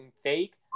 fake